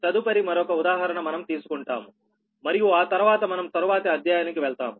తదుపరి మరొక ఉదాహరణ మనం తీసుకుంటాము మరియు ఆ తరువాత మనం తరువాతి అధ్యాయానికి వెళ్తాము